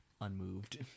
unmoved